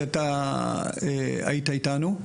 שאתה היית אתנו.